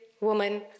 woman